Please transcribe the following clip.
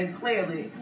clearly